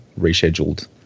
rescheduled